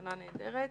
מתנה נהדרת.